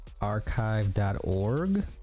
archive.org